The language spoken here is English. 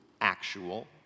actual